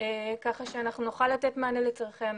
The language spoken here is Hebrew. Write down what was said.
כך שנוכל לתת מענה לצורכי המשק.